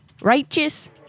Righteous